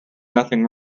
nothing